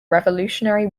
revolutionary